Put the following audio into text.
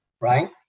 right